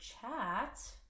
chat